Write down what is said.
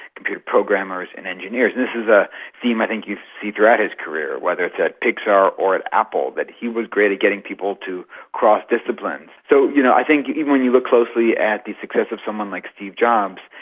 computer programmers and engineers. and this is a theme i think you see throughout his career, whether it's at pixar or at apple, that he was great at getting people to cross disciplines. so you know i think even if you look closely at the success of someone like steve jobs,